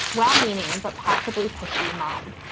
well-meaning but possibly pushy. mom,